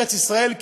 ארץ-ישראל,